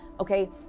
Okay